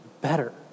better